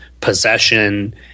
possession